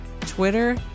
Twitter